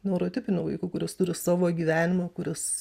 neurotipiniu vaiku kuris turi savo gyvenimą kuris